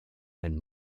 and